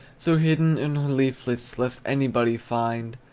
so hidden in her leaflets, lest anybody find